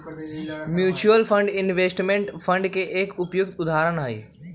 mutual fund investment fund के एक उपयुक्त उदाहरण हई